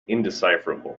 indecipherable